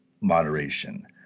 moderation